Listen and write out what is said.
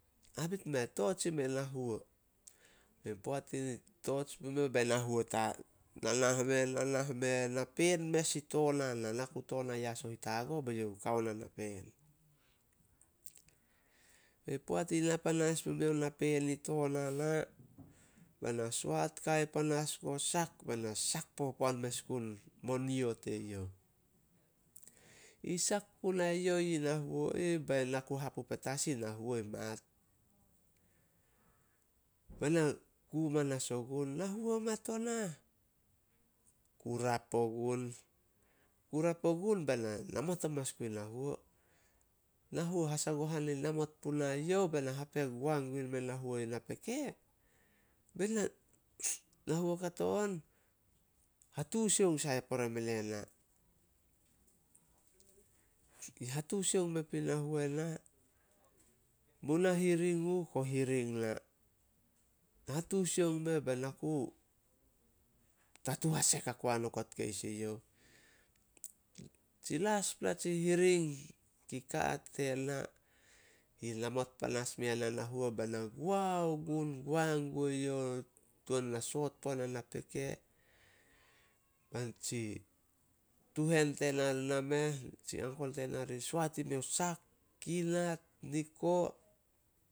Habit meh, torch i me na huo." Be poat i torch pumiouh be na huo nanah meh-nana meh, napeen mes i toon ana. Na ku toon a yas to hitago be youh kao na napeen. Bei poat i na panas pumiouh i toon ana, bai na soat kai panas guo sak be na sak popoan mes gun mo nio teyouh. I sak punai youh i na huo ih, bai na ku hapu petas i na huo i mat. Bai na ku manas ogun, "Na huo mat o nah." Kurap ogun- Kurap ogun be na namot amanas gun na huo. Na huo hasagohan i namot punai youh, be na hapu goa gu mei na huo na peke, be na huo kato on, hatusioung sai pore e ne na. I hatusioung mepi na huo na, mu nahiring uh, ko hiring na. Hatusioung meh, be na ku tatu hasek hakoan keis e youh. Tsi laspla tsi hiring kei ka tena yi namot panas me yana in na huo, be na goa gun, goa gue youh tuan na soot puana na peke. Ba nitsi tuhen tena ri na meh, tsi uncle tena ri soat i meh o sak, kinat, niko